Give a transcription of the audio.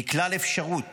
מכלל אפשרות